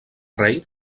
rei